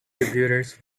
contributors